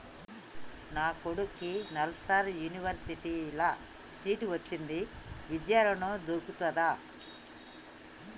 నా కొడుకుకి నల్సార్ యూనివర్సిటీ ల సీట్ వచ్చింది విద్య ఋణం దొర్కుతదా?